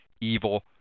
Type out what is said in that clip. evil